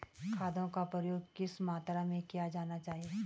खादों का प्रयोग किस मात्रा में किया जाना चाहिए?